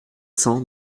cents